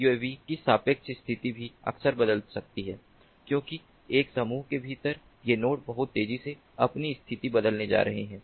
तब यूएवी की सापेक्ष स्थिति भी अक्सर बदल सकती है क्योंकि एक समूह के भीतर ये नोड बहुत तेजी से अपनी स्थिति बदलने जा रहे हैं